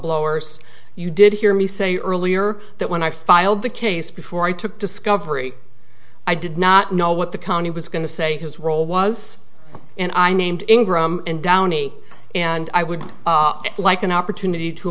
blowers you did hear me say earlier that when i filed the case before i took discovery i did not know what the county was going to say his role was and i named ingram and downey and i would like an opportunity to